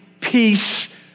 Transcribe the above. peace